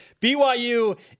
BYU